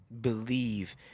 believe